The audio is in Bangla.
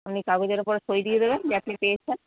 আপনি কাগজের উপরে সই দিয়ে দেবেন যে আপনি পেয়েছেন